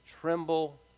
tremble